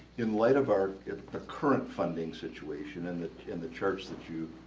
in light of our ah current funding situation and that in the charts that you,